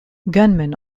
gunmen